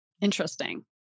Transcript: Interesting